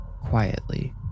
quietly